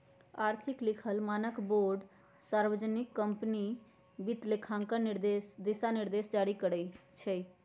आर्थिक लिखल मानकबोर्ड सार्वजनिक, निजी कंपनि सभके लेल वित्तलेखांकन दिशानिर्देश जारी करइ छै